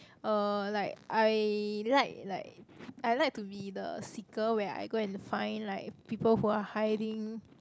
uh like I like like I like to be the seeker where I go and like people who are hiding